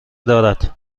دارد